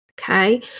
okay